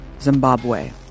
Zimbabwe